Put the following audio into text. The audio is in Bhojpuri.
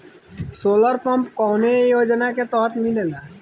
सोलर पम्प कौने योजना के तहत मिलेला?